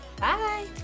bye